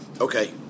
Okay